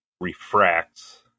refracts